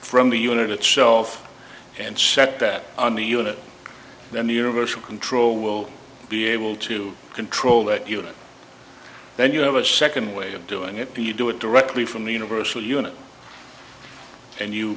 from the unit itself and set that on the unit then the universal control will be able to control that unit then you have a second way of doing it do you do it directly from the universal unit and you